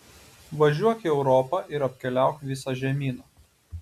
važiuok į europą ir apkeliauk visą žemyną